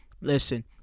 Listen